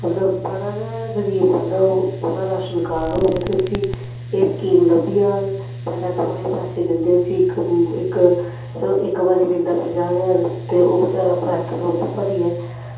मतलब बड़ा गै गरीब बंदा होग ओह्दा राशन कार्ड होग ते उसी एह् स्कीम लब्भी जाह्ग पैह्लें थोह्ड़े पैसे मिलदे उसी पैह्लें मिलदा पंजाह् ज्हार ते ओह् बचैरा पलैंथ भरियै